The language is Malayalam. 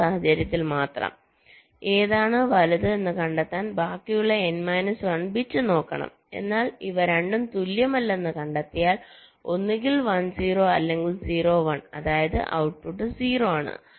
ആ സാഹചര്യത്തിൽ മാത്രം ഏതാണ് വലുത് എന്ന് കണ്ടെത്താൻ ബാക്കിയുള്ള n മൈനസ് 1 ബിറ്റ് നോക്കണം എന്നാൽ ഇവ രണ്ടും തുല്യമല്ലെന്ന് കണ്ടെത്തിയാൽ ഒന്നുകിൽ 1 0 അല്ലെങ്കിൽ 0 1 അതായത് ഔട്ട്പുട്ട് 0 ആണ്